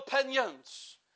opinions